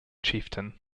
chieftain